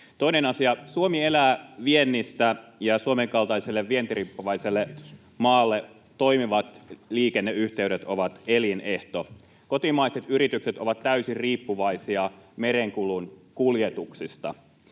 Toinen asia: Suomi elää viennistä, ja Suomen kaltaiselle vientiriippuvaiselle maalle toimivat liikenneyhteydet ovat elinehto. Kotimaiset yritykset ovat täysin riippuvaisia merenkulun kuljetuksista,